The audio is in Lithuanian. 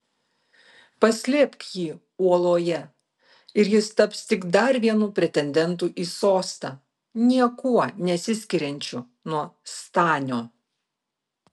paslėpk jį uoloje ir jis taps tik dar vienu pretendentu į sostą niekuo nesiskiriančiu nuo stanio